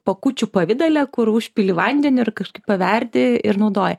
pakučių pavidale kur užpili vandeniu ir kažkaip paverdi ir naudoji